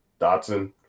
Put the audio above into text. Dotson